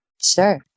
Sure